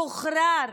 הוא שוחרר